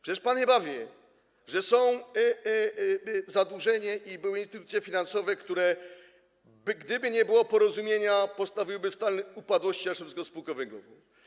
Przecież pan chyba wie, że są zadłużenia i były instytucje finansowe, które gdyby nie było porozumienia, postawiłyby ją w stan upadłości razem ze spółką węglową.